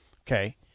Okay